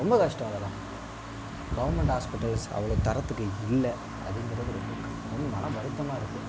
ரொம்ப கஷ்டம் அதெல்லாம் கவுர்மென்ட் ஹாஸ்பிட்டல்ஸ் அவ்வளோ தரத்துக்கு இல்லை அது மனவருத்தமாக இருக்கு